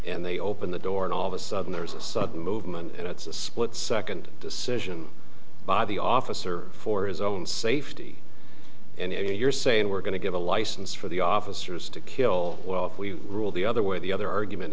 and they open the door and all of a sudden there's a sudden movement and it's a split second decision by the officer for his own safety and you're saying we're going to give a license for the officers to kill well if we rule the other way the other argument